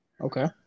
Okay